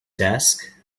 desk